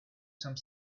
some